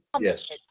yes